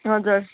हजुर